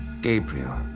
Gabriel